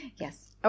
Yes